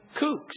kooks